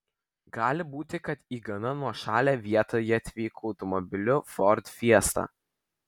gali būti kad į gana nuošalią vietą jie atvyko automobiliu ford fiesta